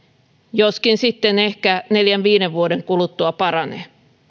joskin se sitten ehkä neljän viiva viiden vuoden kuluttua paranee